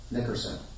Nickerson